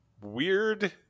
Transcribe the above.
weird